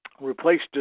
replaced